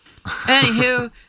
Anywho